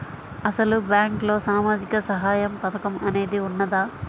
అసలు బ్యాంక్లో సామాజిక సహాయం పథకం అనేది వున్నదా?